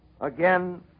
Again